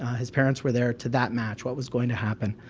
his parents were there, to that match, what was going to happen.